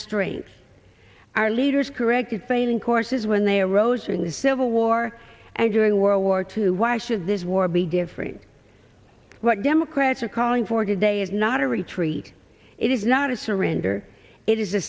strange our leaders corrected failing courses when they arose during the civil war and during world war two why should this war be different what democrats are calling for today is not a retreat it is not a surrender it is a